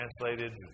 translated